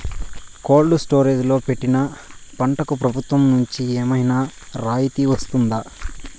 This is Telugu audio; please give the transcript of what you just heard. కోల్డ్ స్టోరేజ్ లో పెట్టిన పంటకు ప్రభుత్వం నుంచి ఏమన్నా రాయితీ వస్తుందా?